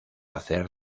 hacer